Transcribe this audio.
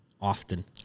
Often